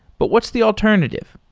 but what's the alternative?